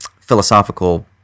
philosophical